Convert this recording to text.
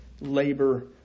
labor